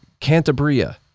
Cantabria